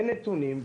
אין נתונים,